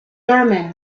thummim